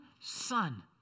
son